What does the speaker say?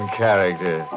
character